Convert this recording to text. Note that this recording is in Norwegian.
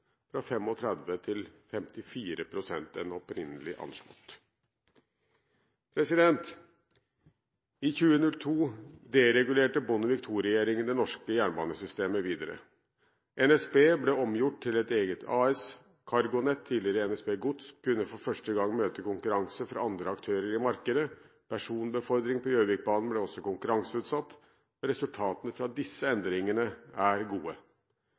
fra 35 pst. til 54 pst. dyrere enn opprinnelig anslått. I 2002 deregulerte Bondevik II-regjeringen det norske jernbanesystemet videre. NSB ble omgjort til et eget AS, CargoNet, tidligere NSB Gods, kunne for første gang møte konkurranse fra andre aktører i markedet, personbefordring på Gjøvikbanen ble også konkurranseutsatt, og resultatene fra disse endringene er gode.